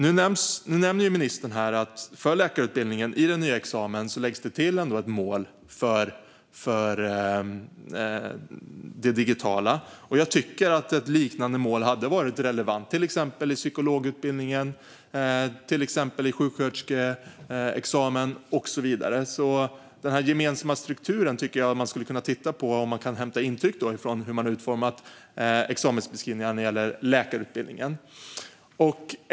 Nu nämner ministern att det i läkarutbildningens nya examen läggs till ett mål för det digitala. Jag tycker att ett liknande mål hade varit relevant till exempel i psykologutbildningen eller i sjuksköterskeexamen. Apropå den gemensamma strukturen tycker jag att man skulle kunna titta på om man kan hämta intryck från hur examensbeskrivningarna har utformats när det gäller läkarutbildningen.